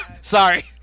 Sorry